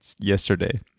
yesterday